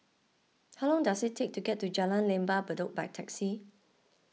how long does it take to get to Jalan Lembah Bedok by taxi